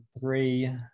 three